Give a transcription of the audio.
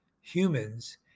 humans